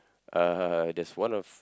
uh there's one of